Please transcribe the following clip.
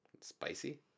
Spicy